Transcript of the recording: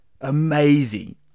Amazing